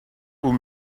aux